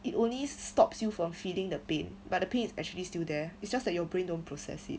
it only stops you from feeding the pain but the pain is still there it's just that your brain don't process it